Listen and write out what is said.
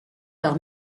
par